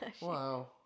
Wow